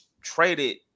traded